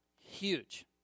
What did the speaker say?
Huge